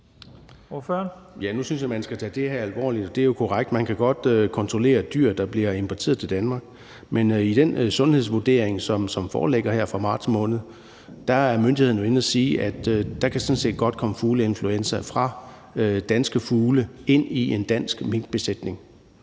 Nu synes jeg, at man skal tage det her alvorligt. Og det er jo korrekt, at man godt kan kontrollere dyr, der bliver importeret til Danmark. Men i den sundhedsvurdering, som foreligger her, fra marts måned, er myndighederne jo inde og sige, at der sådan set godt kan komme fugleinfluenza fra danske fugle ind i en dansk minkbesætning.